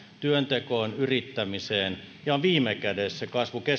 työntekoon yrittämiseen ja on viime kädessä